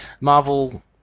Marvel